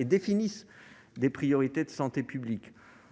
ils définissent des priorités de santé publique.